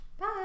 Bye